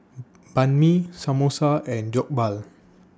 Banh MI Samosa and Jokbal